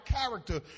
character